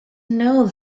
know